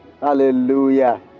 Hallelujah